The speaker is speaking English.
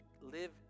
Live